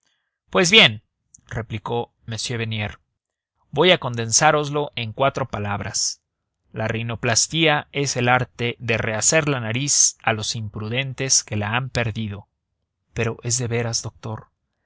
capítulo pues bien replicó m bernier voy a condensároslo en cuatro palabras la rinoplastia es el arte de rehacer la nariz a los imprudentes que la han perdido pero es de veras doctor